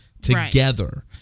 together